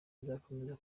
nzakomeza